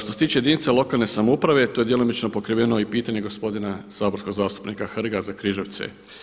Što se tiče jedinica lokalne samouprave to je djelomično pokriveno i pitanje gospodina saborskog zastupnika Hrga za Križevce.